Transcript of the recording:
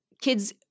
kids